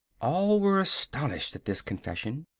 all were astonished at this confession,